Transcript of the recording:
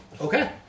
Okay